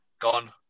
Gone